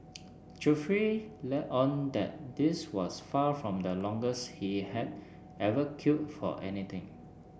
Geoffrey let on that this was far from the longest he had ever queued for anything